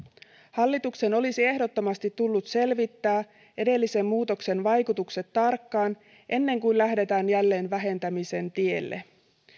hallituksen olisi ehdottomasti tullut selvittää edellisen muutoksen vaikutukset tarkkaan ennen kuin lähdetään jälleen vähentämisen tielle